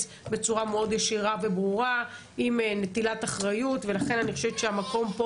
בצורה מאוד ישירה וברורה עם נטילת אחריות ולכן אני חושבת שהמקום פה